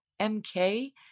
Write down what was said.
MK